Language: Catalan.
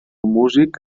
músic